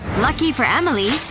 lucky for emily,